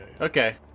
Okay